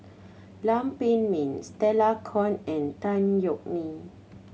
Lam Pin Min Stella Kon and Tan Yeok Nee